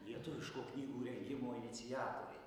lietuviško knygų rengimo iniciatoriai